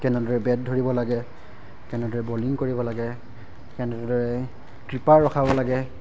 কেনেদৰে বেট ধৰিব লাগে কেনেদৰে বলিং কৰিব লাগে কেনেদৰে ট্ৰিপাৰ ৰখাব লাগে